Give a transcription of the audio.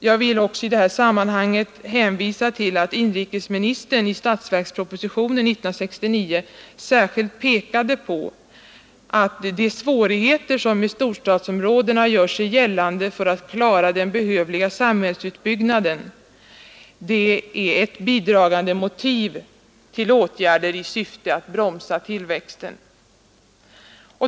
Jag vill i detta sammanhang också hänvisa till att inrikesministern i statsverkspropositionen 1969 särskilt pekade på att svårigheterna i storstadsområdena när det gäller att klara den behövliga samhällsutbyggnaden är ett bidragande motiv för åtgärder i syfte att bromsa tillväxten.